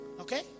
okay